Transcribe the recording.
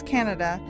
Canada